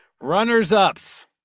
runners-ups